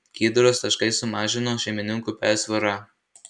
gydros taškai sumažino šeimininkų persvarą